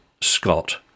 Scott